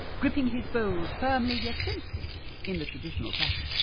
gripping his bowls firmly yet gently in the traditional fashion.